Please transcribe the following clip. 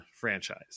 franchise